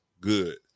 good